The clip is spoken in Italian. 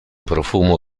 profumo